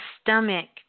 stomach